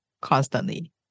constantly